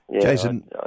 Jason